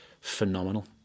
phenomenal